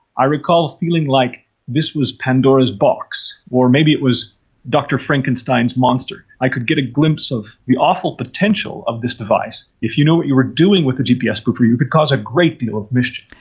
i recall feeling like this was pandora's box, or maybe it was dr frankenstein's monster, i could get a glimpse of the awful potential of this device. if you knew what you were doing with the gpf spoofer you could cause a great deal of mischief.